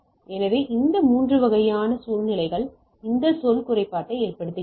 எனவே இந்த வகை 3 வகையான சூழ்நிலைகள் இந்த சொல் குறைபாட்டை ஏற்படுத்துகின்றன